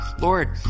Lord